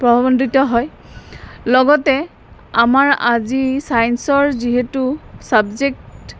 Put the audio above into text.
প্ৰভাৱাম্বিত হয় লগতে আমাৰ আজি ছাইন্সৰ যিহেতু ছাবজেক্ট